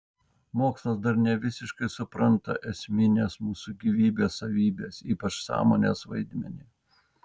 mokslas dar nevisiškai supranta esmines mūsų gyvybės savybes ypač sąmonės vaidmenį